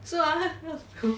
是吗